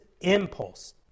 impulse